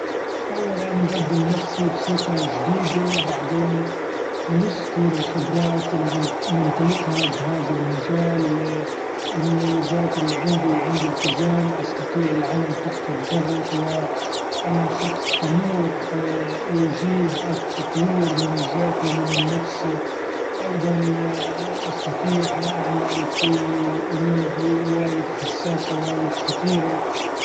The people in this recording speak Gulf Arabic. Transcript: أولا أقدم نفسي بثقة شديدة ، بعدين نذكر الخبرات اللي نم- نمتلكها بهذا المجال والمميزات اللي عندي ، عندي التزام استطيع العمل تحت الضغط وأنا شخص طموح يجيد التطوير من الذات ومن النفس أيضا ‹ hesitate › استطيع إن اعمل في امور وايد حساسة وايد خطيرة.